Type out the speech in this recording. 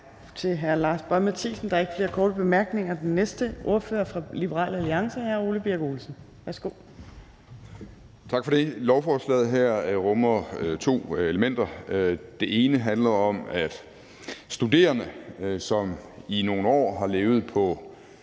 Tak for det. Lovforslaget her rummer to elementer. Det ene handler om, at studerende, som i nogle år har levet på